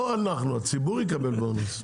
לא אנחנו; הציבור יקבל בונוס.